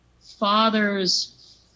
father's